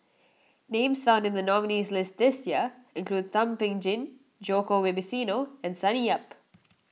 names found in the nominees' list this year include Thum Ping Tjin Djoko Wibisono and Sonny Yap